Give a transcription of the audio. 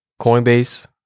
Coinbase